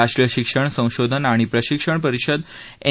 राष्ट्रीय शिक्षण संशोधन आणि प्रशिक्षण परिषद एन